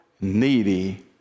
needy